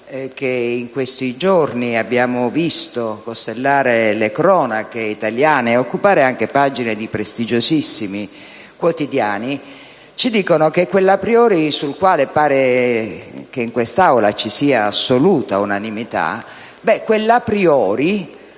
che in questi giorni abbiamo visto costellare le cronache italiane e occupare anche pagine di prestigiosissimi quotidiani ci dicono che quell'*a priori*, sul quale pare che in quest'Aula ci sia assoluta unanimità, non sia così